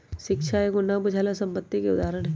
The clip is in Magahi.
शिक्षा एगो न बुझाय बला संपत्ति के उदाहरण हई